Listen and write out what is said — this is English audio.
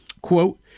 Quote